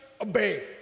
obey